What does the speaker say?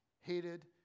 hated